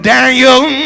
Daniel